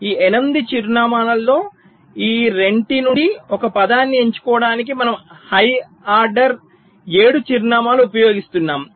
ఈ 8 చిరునామాలలో ఈ రెంటి నుండి ఒక పదాన్ని ఎంచుకోవడానికి మనము హై ఆర్డర్ 7 చిరునామాలు ఉపయోగిస్తున్నాము